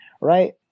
right